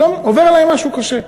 עובר עלי משהו קשה.